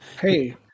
Hey